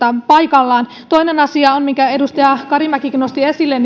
paikallaan toinen asia minkä edustaja karimäkikin nosti esille